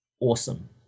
awesome